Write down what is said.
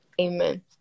Amen